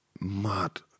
mad